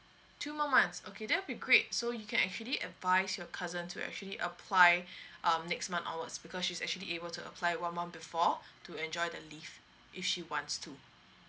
two more months okay that'd be great so you can actually advise your cousin to actually apply um next month onwards because she's actually able to apply one month before to enjoy the leave if she wants to